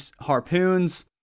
harpoons